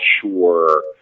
sure